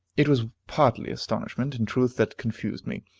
it was partly astonishment, in truth, that confused me.